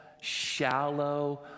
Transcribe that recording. shallow